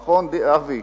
אבי,